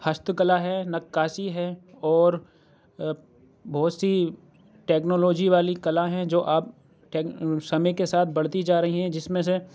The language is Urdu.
ہست کلّا ہے نقاسی ہے اور بہت سی ٹیکنالوجی والی کلّا ہیں جو اب سمعے کے ساتھ بڑھتی ہی جا رہی ہیں جس میں سے